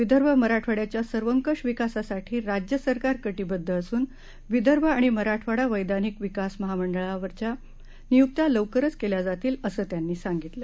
विदर्भ मराठवाङ्याच्या सर्वकष विकासासाठी राज्य सरकार कटीबद्ध असून विदर्भ आणि मराठवाडा वैधानिक विकास महामंडळावरच्या नियुक्त्या लवकरच केल्या जातील असं त्यांनी सांगितलं